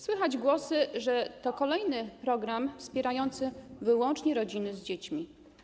Słychać głosy, że to kolejny program wspierający wyłącznie rodziny z dziećmi.